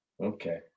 Okay